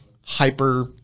hyper